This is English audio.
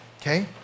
okay